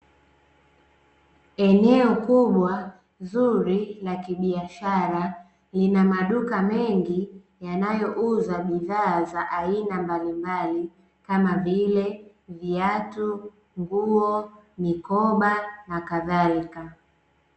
Eneo kubwa zuri la kibiashara, lina maduka mengi yanayouza bidhaa za aina mbalimbali kama vile viatu, nguo, mikoba na kadhalika.